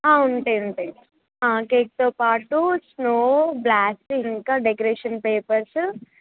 ఆ ఉంటాయి ఉంటాయి కేక్తో పాటు స్నో బ్లాస్ట్ ఇంకా డెకరేషన్ పేపర్స్